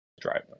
driver